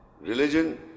Religion